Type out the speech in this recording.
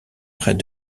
près